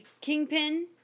Kingpin